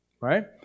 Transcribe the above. right